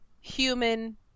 human